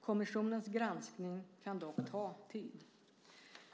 Kommissionens granskning kan dock ta tid.